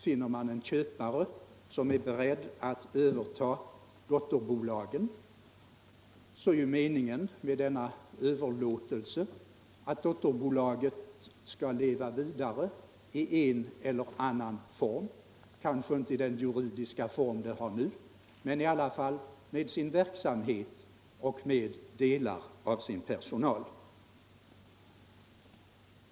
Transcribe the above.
Finner man en köpare som är beredd att överta ett dotterbolag, är ju meningen med denna överlåtelse att dotterbolaget skall leva vidare i en eller annan form — kanske inte i den juridiska form det har nu, men i alla fall med sin verksamhet och med delar av sin personal.